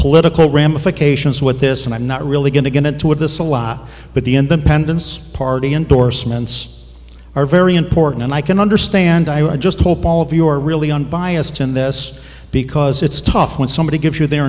political ramifications what this and i'm not really going to get into of this but the end the pendants party endorsements are very important and i can understand i just hope all of your really unbiased in this because it's tough when somebody gives you their